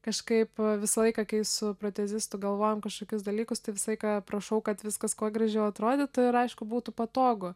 kažkaip visą laiką kai su protezistu galvojam kažkokius dalykus tai visą laiką prašau kad viskas kuo gražiau atrodytų ir aišku būtų patogu